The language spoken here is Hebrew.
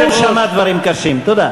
שטויות.